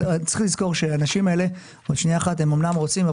אבל צריך לזכור שהאנשים האלה עוד שנייה אחת הם אמנם רוצים,